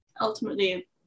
ultimately